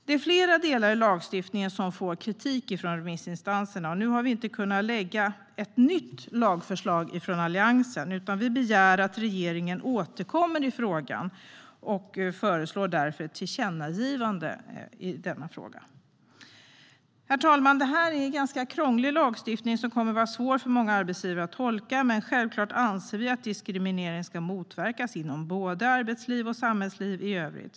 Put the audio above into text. Det är flera delar i lagstiftningen som får kritik från remissinstanserna. Nu har vi i Alliansen inte kunnat lägga fram ett nytt lagförslag, utan vi begär att regeringen återkommer i frågan och föreslår därför ett tillkännagivande. Herr talman! Det här är en krånglig lagstiftning som kommer att vara svår för många arbetsgivare att tolka. Men självklart anser vi att diskriminering ska motverkas inom både arbetsliv och samhällsliv i övrigt.